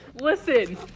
Listen